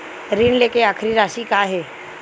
ऋण लेके आखिरी राशि का हे?